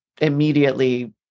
immediately